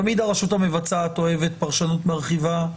תמיד הרשות המבצעת אוהבת פרשנות מרחיבה,